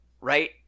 right